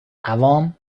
عوام